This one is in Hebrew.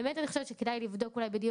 באמת אני חושבת שכדאי לבדוק אולי בדיון